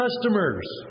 customers